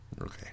Okay